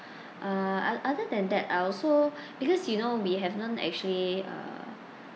uh ot~ other than that I also because you know we have not actually uh